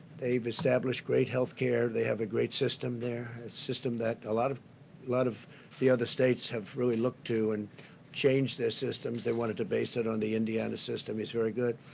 they've established great healthcare. they have a great system there, system that a lot of lot of the other states have really looked to and changed their systems. they wanted to base it on the indiana. it's very good.